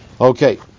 Okay